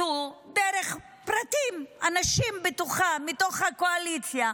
דרך פרטים, אנשים מתוך הקואליציה,